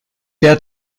der